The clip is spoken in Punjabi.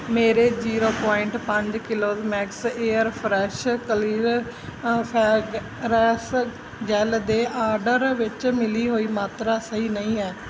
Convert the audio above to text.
ਮੇਰੇ ਜ਼ੀਰੋ ਪੁਆਇੰਟ ਪੰਜ kilos Max air fresh clear fragrance gel ਦੇ ਆਰਡਰ ਵਿੱਚ ਮਿਲੀ ਹੋਈ ਮਾਤਰਾ ਸਹੀ ਨਹੀਂ ਹੈ